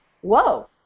whoa